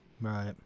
Right